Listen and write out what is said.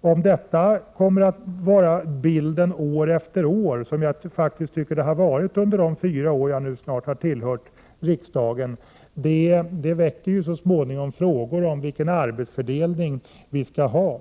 om detta kommer att vara bilden år efter år, som jag faktiskt tycker det har varit under de snart fyra år jag har tillhört utskottet, väcker det så småningom frågor om vilken arbetsfördelning vi skall ha.